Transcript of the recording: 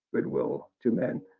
good will to mean.